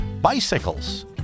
bicycles